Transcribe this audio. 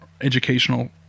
educational